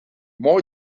more